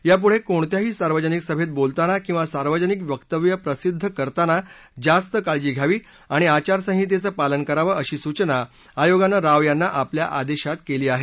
यापुढे कोणत्याही सार्वजनिक सभेत बोलताना किवा सार्वजनिक वक्तव्य प्रसिद्ध करताना जास्त काळजी घ्यावी आणि आचारसंहितेचं पालन करावं अशी सूचना आयोगानं राव यांना आपल्या आदेशात केली आहे